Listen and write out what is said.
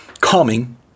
calming